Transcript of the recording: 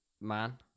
man